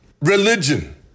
religion